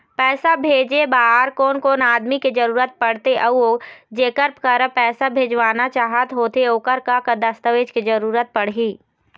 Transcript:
पैसा भेजे बार कोन कोन आदमी के जरूरत पड़ते अऊ जेकर करा पैसा भेजवाना चाहत होथे ओकर का का दस्तावेज के जरूरत पड़ही?